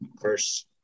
first